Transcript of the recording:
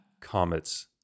comets